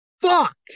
fuck